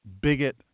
bigot